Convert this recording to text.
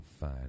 fine